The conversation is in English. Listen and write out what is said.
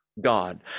God